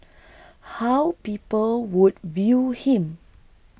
how people would view him